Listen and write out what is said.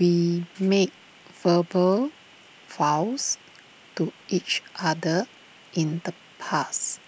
we made verbal vows to each other in the past